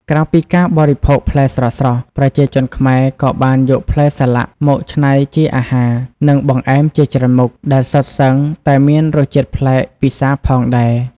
ក្រៅពីការបរិភោគផ្លែស្រស់ៗ ប្រជាជនខ្មែរក៏បានយកផ្លែសាឡាក់មកកែច្នៃជាអាហារ និងបង្អែមជាច្រើនមុខ ដែលសុទ្ធសឹងតែមានរសជាតិប្លែកពិសាផងដែរ។